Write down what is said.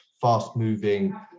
fast-moving